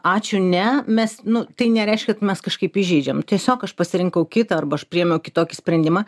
ačiū ne mes nu tai nereiškia kad mes kažkaip įžeidžiam tiesiog aš pasirinkau kitą arba aš priėmiau kitokį sprendimą